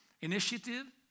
Initiative